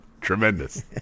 Tremendous